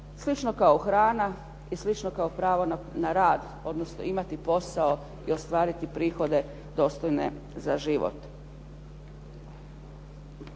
slično kao hrana i slično kao pravo na rad, odnosno imati posao i ostvariti prihode dostojne za život.